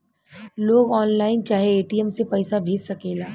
लोग ऑनलाइन चाहे ए.टी.एम से पईसा भेज सकेला